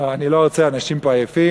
לא, אני לא רוצה, אנשים פה עייפים.